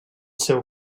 seu